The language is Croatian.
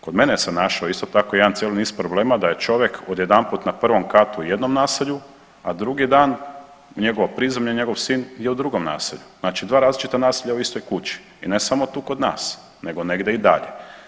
Kod mene sam našao isto tako jedan cijeli niz problema da je čovjek odjedanput na prvom katu u jednom naselju, a drugi dan njegovo prizemlje i njegov sin je u drugom naselju, znači dva različita naselja u istoj kući i ne samo tu kod nas nego negdje i dalje.